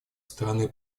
стороны